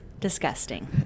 disgusting